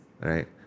right